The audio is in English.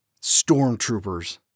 Stormtroopers